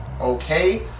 okay